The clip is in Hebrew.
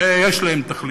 שיש להם תחליף,